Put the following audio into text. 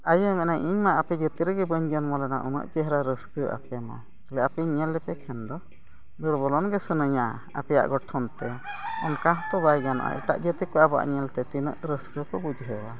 ᱟᱭᱳ ᱢᱮᱱᱟᱭ ᱤᱧᱢᱟ ᱟᱯᱮ ᱡᱟᱹᱛᱤ ᱨᱮᱜᱮ ᱵᱟᱹᱧ ᱡᱚᱱᱢᱚ ᱞᱮᱱᱟ ᱩᱱᱟᱹᱜ ᱪᱮᱦᱨᱟ ᱨᱟᱹᱥᱠᱟᱹ ᱟᱯᱮᱢᱟ ᱟᱯᱮᱧ ᱧᱮᱞ ᱞᱮᱯᱮ ᱠᱷᱟᱱ ᱫᱚ ᱫᱟᱹᱲ ᱵᱚᱞᱚᱱ ᱜᱮ ᱥᱟᱱᱟᱧᱟ ᱟᱯᱮᱭᱟᱜ ᱜᱚᱴᱷᱚᱱ ᱛᱮ ᱚᱱᱠᱟ ᱦᱚᱸᱛᱚ ᱵᱟᱭ ᱜᱟᱱᱚᱜᱼᱟ ᱮᱴᱟᱜ ᱡᱟᱹᱛᱤ ᱠᱚ ᱟᱵᱚᱣᱟᱜ ᱧᱮᱞᱛᱮ ᱛᱤᱱᱟᱹᱜ ᱨᱟᱹᱥᱠᱟᱹ ᱠᱚ ᱵᱩᱡᱷᱟᱹᱣᱟ